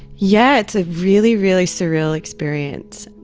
yeah, it's a really, really surreal experience.